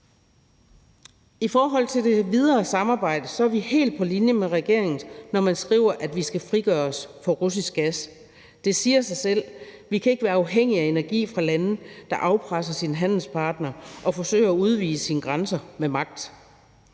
I forhold til det videre samarbejde er vi helt på linje med regeringen, når man skriver, at vi skal frigøre os fra russisk gas. Det siger sig selv. Vi kan ikke være afhængige af energi fra lande, der afpresser sine handelspartnere og forsøger at udvide sine grænser med magt.